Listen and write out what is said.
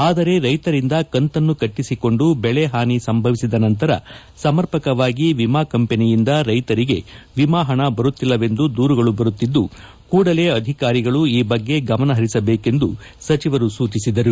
ಆದರೆ ರೈತರಿಂದ ಕಂತನ್ನು ಕಟ್ಟಿಸಿಕೊಂಡು ಬೆಳೆಹಾನಿ ಸಂಭವಿಸಿದ ನಂತರ ಸಮರ್ಪಕವಾಗಿ ವಿಮಾ ಕಂಪನಿಯಿಂದ ರೈಶರಿಗೆ ವಿಮಾ ಪಣ ಬರುತ್ತಿಲ್ಲವೆಂದು ದೂರುಗಳು ಬರುತ್ತಿದ್ದು ಕೂಡಲೇ ಅಧಿಕಾರಿಳು ಈ ಬಗ್ಗೆ ಗಮನಹರಿಸಬೇಕೆಂದು ಸೂಚಿಸಿದರು